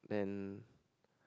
then